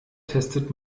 testet